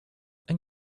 and